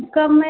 कब मैं